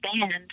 band